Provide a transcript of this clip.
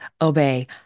Obey